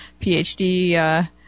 PhD